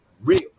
real